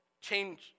change